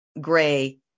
gray